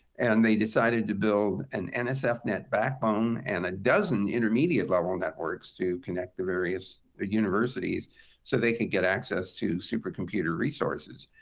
and they decided to build an nsfnet backbone and a dozen intermediate-level networks to connect the various ah universities so they could get access to supercomputer resources.